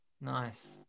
Nice